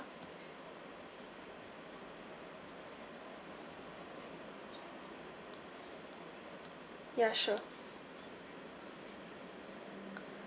ya sure